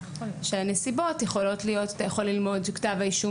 אתה יכול מהנסיבות ללמוד שכתב האישום